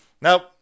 Now